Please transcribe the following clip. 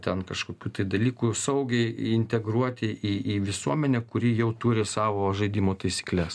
ten kažkokių tai dalykų saugiai integruoti į į visuomenę kuri jau turi savo žaidimo taisykles